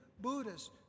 Buddhist